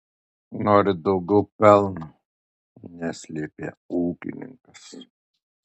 noriu daugiau pelno neslėpė ūkininkas